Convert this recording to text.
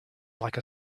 like